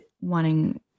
wanting